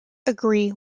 agree